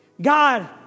God